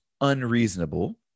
unreasonable